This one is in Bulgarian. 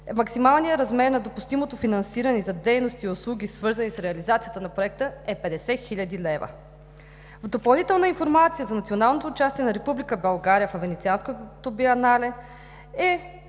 максималният размер на допустимото финансиране за дейности и услуги, свързани с реализацията на проекта, е 50 хил. лв. В допълнителна информация за националното участие на Република България във Венецианското биенале е